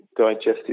digestive